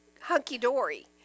hunky-dory